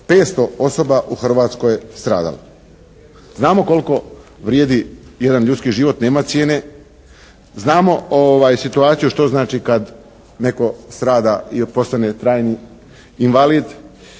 500 osoba u Hrvatskoj stradalo. Znamo koliko vrijedi jedan ljudski život, nema cijene, znamo situaciju što znači kad netko strada i postane trajni invalid